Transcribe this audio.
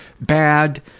bad